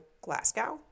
Glasgow